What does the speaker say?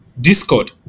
discord